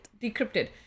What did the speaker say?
Decrypted